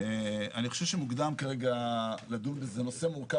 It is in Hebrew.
אני חושב שמוקדם כרגע לדון בזה, זה נושא מורכב